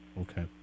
Okay